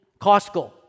Costco